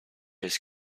his